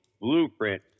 Blueprint